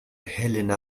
helena